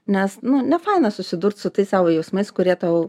nes nu ne fana susidurt su tais savo jausmais kurie tau